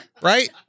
right